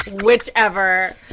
whichever